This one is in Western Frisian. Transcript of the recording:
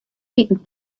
wiken